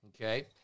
Okay